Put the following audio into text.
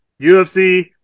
UFC